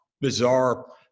bizarre